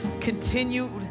continued